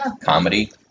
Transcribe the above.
comedy